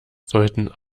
sollten